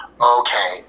okay